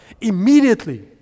immediately